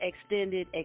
extended